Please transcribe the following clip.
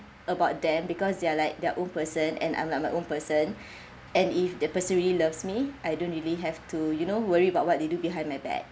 about them because they are like their own person and I'm like my own person and if the person really loves me I don't really have to you know worry about what they do behind my back